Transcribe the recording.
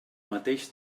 mateix